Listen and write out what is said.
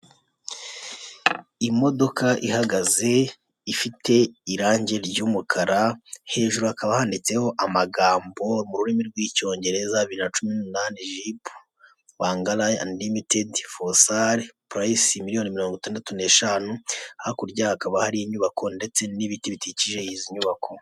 Imidoka ihagaze ifite irangi ry'umukara, hejuru hakaba handitseho amagambo mu rurimi rw'icyongereza bibiri na cumi n’umunani Jeep wrangler ltd,for sale, price miliyoni mirong’ itandatu n'eshanu, hakurya hakaba hari inyubako ndetse n'ibiti bikikije izi nyubako.